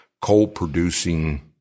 coal-producing